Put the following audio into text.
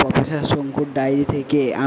professor শঙ্কুর diary থেকে আমি